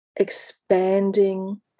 Expanding